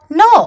no